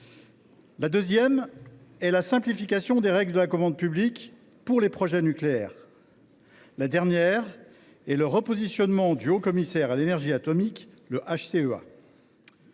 La suivante est la simplification des règles de la commande publique pour les projets nucléaires. La dernière est le repositionnement du haut commissaire à l’énergie atomique (HCEA).